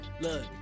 look